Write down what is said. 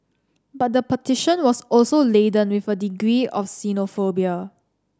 but the petition was also laden with a degree of xenophobia